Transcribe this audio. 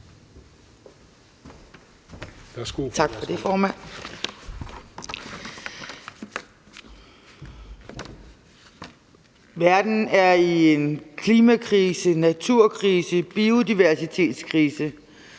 Verden er i en klimakrise, en naturkrise, en biodiversitetskrise.